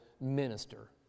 minister